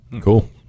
Cool